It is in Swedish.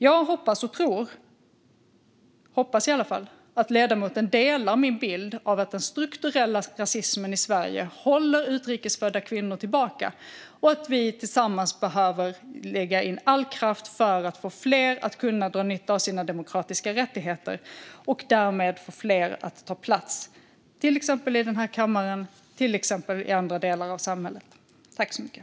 Jag hoppas och tror - hoppas i alla fall - att ledamoten delar min bild av att den strukturella rasismen i Sverige håller utrikes födda kvinnor tillbaka och att vi tillsammans behöver lägga all kraft på att få fler att kunna dra nytta av sina demokratiska rättigheter och därmed få fler att ta plats, till exempel i den här kammaren och i andra delar av samhället.